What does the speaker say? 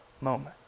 moment